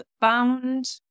bound